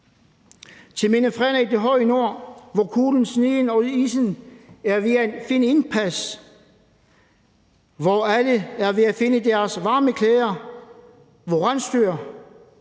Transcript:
Til mine frænder i det høje nord, hvor kulden, sneen og isen er ved at vinde indpas, hvor alle er ved at finde deres varme klæder, hvor rensdyrjagten